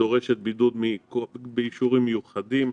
ודורשת בידוד באישורים מיוחדים.